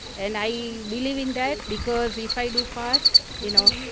and i believe in that because if i do fast, you know,